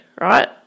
right